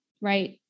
right